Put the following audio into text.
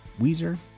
Weezer